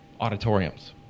auditoriums